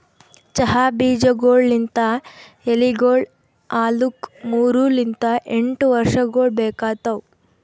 ಚಹಾ ಬೀಜಗೊಳ್ ಲಿಂತ್ ಎಲಿಗೊಳ್ ಆಲುಕ್ ಮೂರು ಲಿಂತ್ ಎಂಟು ವರ್ಷಗೊಳ್ ಬೇಕಾತವ್